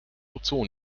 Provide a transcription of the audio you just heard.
ozon